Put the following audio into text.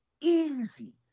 easy